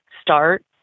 start